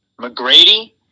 McGrady